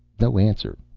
no answer.